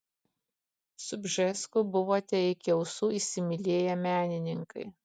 su bžesku buvote iki ausų įsimylėję menininkai